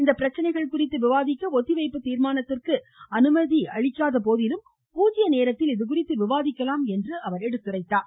இந்தப் பிரச்சனைகள் குறித்து விவாதிக்க ஒத்திவைப்பு தீர்மானத்திற்கு அனுமதி அளிக்காத போதிலும் பூஜ்ஜிய நேரத்தில் இது குறித்து விவாதிக்கலாம் என்றார்